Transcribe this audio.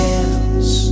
else